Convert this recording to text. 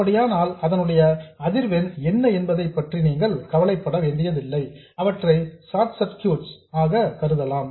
அப்படியானால் அதனுடைய அதிர்வெண் என்ன என்பதை பற்றி நீங்கள் கவலைப்பட வேண்டியதில்லை அவற்றை ஷார்ட் சர்க்யூட்ஸ் கருதலாம்